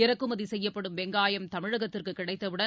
இறக்குமதி செய்யப்படும் வெங்காயம் தமிழகத்திற்கு கிடைத்தவுடன்